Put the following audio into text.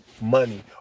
money